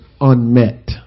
unmet